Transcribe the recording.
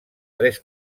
tres